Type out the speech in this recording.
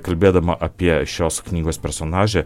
kalbėdama apie šios knygos personažę